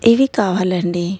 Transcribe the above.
ఇవి కావాలండి